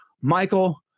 Michael